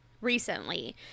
recently